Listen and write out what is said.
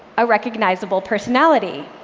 a recognizable personality.